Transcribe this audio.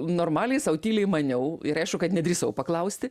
normaliai sau tyliai maniau ir aišku kad nedrįsau paklausti